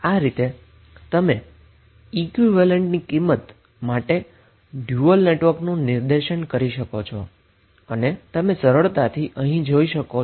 આ રીતે તમે ઈક્વીવેલેન્ટ ડયુઅલ નેટવર્ક ની વેલ્યુ રજુ કરી શકો છો